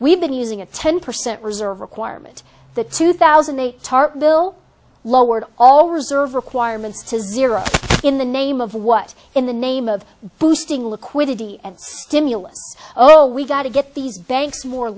we've been using a ten percent reserve requirement the two thousand a tarp bill lowered all reserve requirements to zero in the name of what in the name of boosting liquidity and stimulus oh we've got to get these banks more